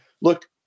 Look